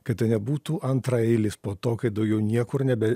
kad tai nebūtų antraeilis po to kai daugiau niekur nebe